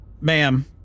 Ma'am